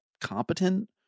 competent